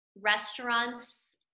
restaurants